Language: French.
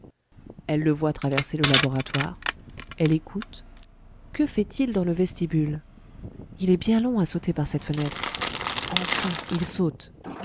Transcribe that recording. elle le voit traverser le laboratoire elle écoute que fait-il dans le vestibule il est bien long à sauter par cette fenêtre enfin il saute